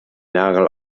nagel